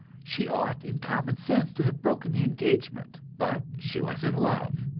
she ought in common sense to have broken the engagement but she was in love,